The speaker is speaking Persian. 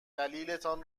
دلیلتان